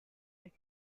had